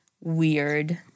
weird